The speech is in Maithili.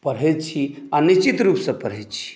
पढ़ै छी आ निश्चित रूप से पढ़ै छी